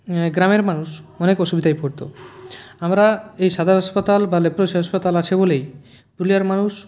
গ্রামের মানুষ অনেক অসুবিধায় পড়ত আমরা এই সদর হাসপাতাল বা লেপ্রোসি হাসপাতাল আছে বলেই পুরুলিয়ার মানুষ